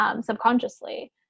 subconsciously